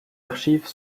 archives